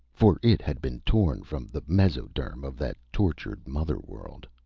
for it had been torn from the mesoderm of that tortured mother world.